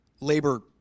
labor